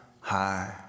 high